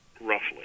Roughly